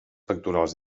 pectorals